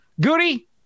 Goody